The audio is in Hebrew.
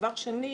דבר שני,